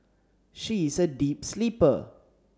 she is a deep sleeper